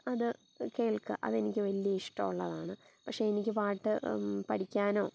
അത് കേൾക്കുക അതെനിക്ക് വലിയ ഇഷ്ടം ഉള്ളതാണ് പക്ഷേ എനിക്ക് പാട്ട് പഠിക്കാനോ